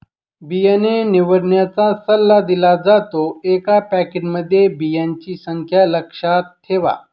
बियाणे निवडण्याचा सल्ला दिला जातो, एका पॅकेटमध्ये बियांची संख्या लक्षात ठेवा